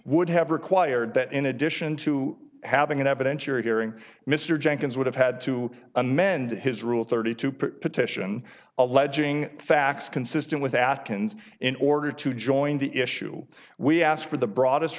would have required that in addition to having an evidentiary hearing mr jenkins would have had to amend his rule thirty two per petition alleging facts consistent with that kins in order to join the issue we asked for the broadest